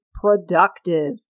productive